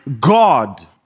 God